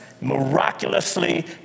miraculously